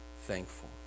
thankful